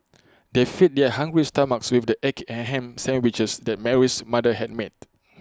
they fed their hungry stomachs with the egg and Ham Sandwiches that Mary's mother had made